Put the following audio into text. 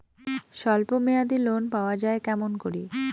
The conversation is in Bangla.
স্বল্প মেয়াদি লোন পাওয়া যায় কেমন করি?